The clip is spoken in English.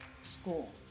school